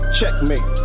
checkmate